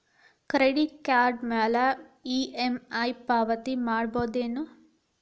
Credit card ಮ್ಯಾಲೆ EMI ಪಾವತಿ ಮಾಡ್ಬಹುದೇನು?